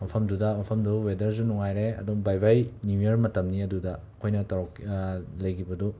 ꯃꯐꯝꯗꯨꯗ ꯃꯐꯝꯗꯣ ꯋꯦꯗꯔꯁꯨ ꯅꯨꯡꯉꯥꯏꯔꯦ ꯑꯗꯨꯝ ꯕꯥꯏ ꯕꯥꯏ ꯅꯤꯌꯨ ꯌꯔ ꯃꯇꯝꯅꯤ ꯑꯗꯨꯗ ꯑꯩꯈꯣꯏꯅ ꯇꯧꯔꯛ ꯂꯩꯒꯤꯕꯗꯨ